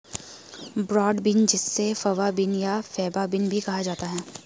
broad bean जिसे fava bean या faba bean भी कहा जाता है